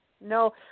No